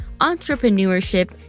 entrepreneurship